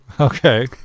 Okay